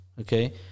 okay